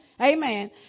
amen